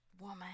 woman